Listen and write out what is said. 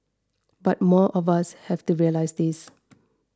but more of us have to realise this